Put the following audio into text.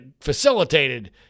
facilitated